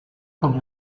comme